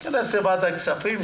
נלך לוועדת הכספים,